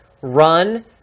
run